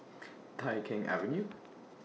Tai Keng Avenue